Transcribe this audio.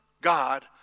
God